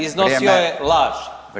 Iznosio je laž.